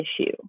issue